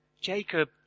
Jacob